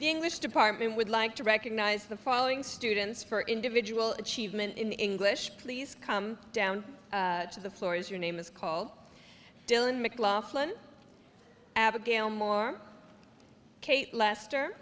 the english department would like to recognize the following students for individual achievement in english please come down to the floor as your name is called dylan mclachlan abigail moore kate lester